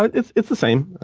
but it's it's the same.